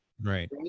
Right